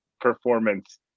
performance